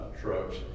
trucks